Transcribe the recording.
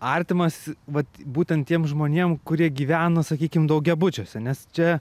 artimas vat būtent tiem žmonėm kurie gyvena sakykim daugiabučiuose nes čia